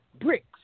Bricks